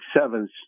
Sevens